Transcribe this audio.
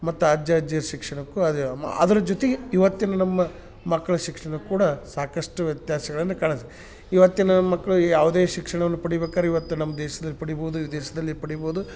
ಮತ್ತು ಅಜ್ಜ ಅಜ್ಜಿಯರ ಶಿಕ್ಷಣಕ್ಕೂ ಅದು ಮ ಅದ್ರ ಜೊತೆಗೆ ಇವತ್ತಿನ ನಮ್ಮ ಮಕ್ಳ ಶಿಕ್ಷಣ ಕೂಡ ಸಾಕಷ್ಟು ವ್ಯತ್ಯಾಸಗಳನ್ನ ಕಾಣು ಇವತ್ತಿನ ಮಕ್ಕಳು ಯಾವುದೇ ಶಿಕ್ಷಣವನ್ನು ಪಡಿಬೇಕಾರೆ ಇವತ್ತು ನಮ್ಮ ದೇಶ್ದಲ್ಲಿ ಪಡಿಬೋದು ವಿದೇಶದಲ್ಲಿ ಪಡಿಬೋದು